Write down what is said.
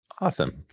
Awesome